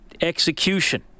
execution